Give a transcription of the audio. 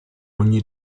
ogni